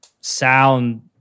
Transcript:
sound